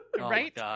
Right